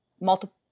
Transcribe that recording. multiple